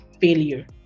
failure